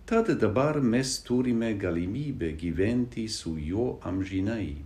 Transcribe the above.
tad dabar mes turime galimybę gyventi su juo amžinai